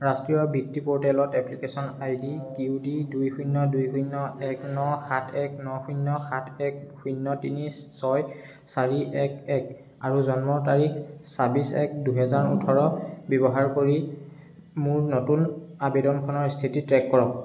ৰাষ্ট্ৰীয় বৃত্তি প'ৰ্টেলত application I D Q D দুই শূন্য দুই শূন্য এক ন সাত এক ন শূন্য সাত এক শূন্য তিনি ছয় চাৰি এক এক আৰু জন্মৰ তাৰিখ ছাব্বিছ এক দুহেজাৰ ওঁঠৰ ব্যৱহাৰ কৰি মোৰ নতুন আৱেদনখনৰ স্থিতি ট্ৰে'ক কৰক